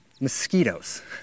mosquitoes